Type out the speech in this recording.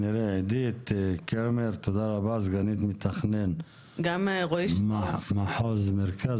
תודה רבה עדית קרמר סגנית מתכנן מחוז מרכז.